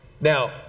Now